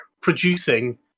producing